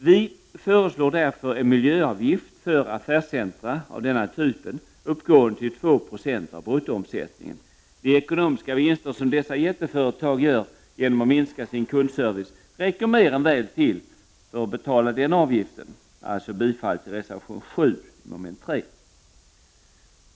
Vi föreslår därför en miljöavgift för affärscentra uppgående till 2 970 av bruttoomsättningen. De ekonomiska vinster som dessa jätteföretag gör genom att minska sin kundservice räcker mer än väl till för att betala den avgiften. Jag yrkar bifall till reservation 7 under mom. 3.